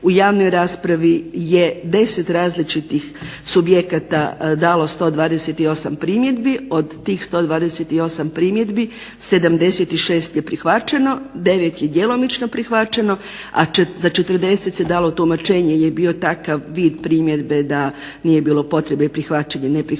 U javnoj raspravi je 10 različitih subjekata dalo 128 primjedbi. Od tih 128 primjedbi 76 je prihvaćeno, 9 je djelomično prihvaćeno, a za 40 se dalo tumačenje jer je bio takav vid primjedbe da nije bilo potrebe prihvaćanja, neprihvaćanja,